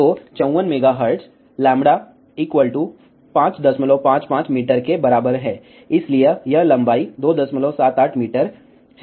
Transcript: तो 54 megahertz λ 555 metre के बराबर है इसलिए यह लंबाई 278 मीटर है